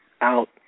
out